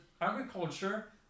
agriculture